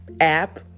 app